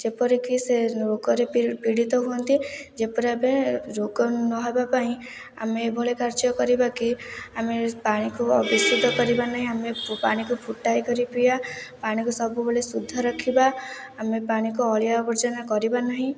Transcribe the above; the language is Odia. ଯେପରିକି ସେ ରୋଗରେ ପୀଡ଼ିତ ହୁଅନ୍ତି ଯେପରି ଭାବେ ରୋଗ ନହେବା ପାଇଁ ଆମେ ଏଭଳି କାର୍ଯ୍ୟ କରିବା କି ଆମେ ପାଣିକୁ ଆଉ ଦୂଷିତ କରିବା ନାହିଁ ଆମେ ପାଣିକୁ ଫୁଟାଇକରି ପିଇବା ପାଣିକୁ ସବୁବେଳେ ଶୁଦ୍ଧ ରଖିବା ଆମେ ପାଣିକୁ ଅଳିଆ ଆବର୍ଜନା କରିବା ନାହିଁ